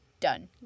Done